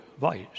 vice